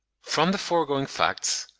from the foregoing facts,